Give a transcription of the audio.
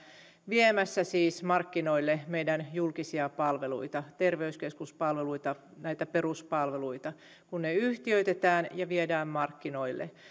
viemässä siis markkinoille meidän julkisia palveluita terveyskeskuspalveluita näitä peruspalveluita kun ne yhtiöitetään ja viedään markkinoille